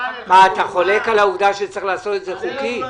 כרגע המגבלה שאומרים: זה לא ניתן,